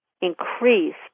increase